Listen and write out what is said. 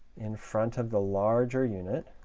in front of the larger unit.